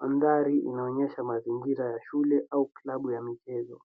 Mandhari inaonyesha mazingira ya shule au klabu ya michezo.